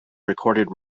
recorded